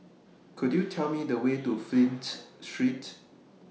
Could YOU Tell Me The Way to Flint Street